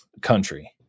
country